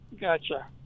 Gotcha